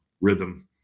rhythm